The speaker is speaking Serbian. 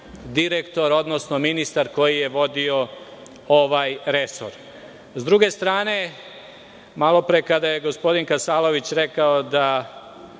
direktor, odnosno ministar koji je vodio ovaj resor.S druge strane, malo pre kada je gospodin Kasalović rekao da